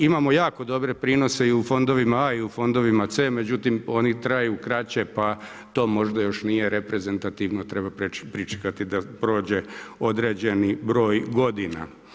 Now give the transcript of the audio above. Imamo jako dobre prinose i u fondovima A i u fondovima C međutim oni traju kraće pa to možda još nije reprezentativno, treba pričekati da prođe određeni broj godina.